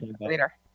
later